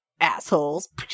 assholes